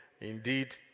Indeed